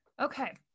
Okay